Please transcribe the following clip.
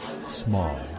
small